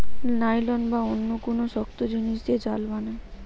nylon বা অন্য কুনু শক্ত জিনিস দিয়ে জাল বানায়